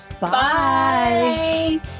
Bye